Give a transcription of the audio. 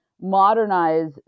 modernize